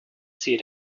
see